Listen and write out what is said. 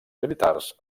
militars